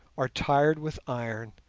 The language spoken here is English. are tired with iron,